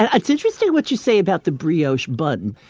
and it's interesting what you say about the brioche bun.